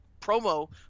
promo